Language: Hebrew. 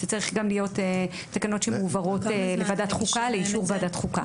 אלו תקנות שמועברות לאישור ועדת החוקה.